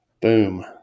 Boom